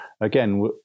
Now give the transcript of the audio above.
again